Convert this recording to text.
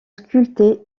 sculpté